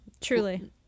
truly